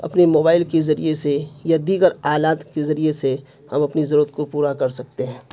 اپنے موبائل کے ذریعے سے یا دیگر آلات کے ذریعے سے ہم اپنی ضرورت کو پورا کر سکتے ہیں